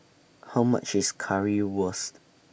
How much IS Currywurst